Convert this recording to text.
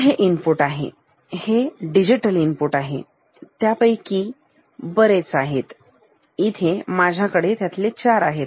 तर हे इनपुट आहे हे डिजिटल इनपुट आहेत्यापैकी बरेच आहेतइथे माझ्याकडे त्यातले चार आहेत